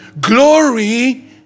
Glory